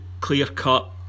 clear-cut